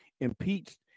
impeached